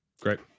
Great